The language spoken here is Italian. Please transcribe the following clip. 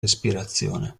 respirazione